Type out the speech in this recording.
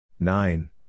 nine